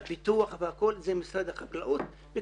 הפיתוח והכול זה משרד החקלאות והוא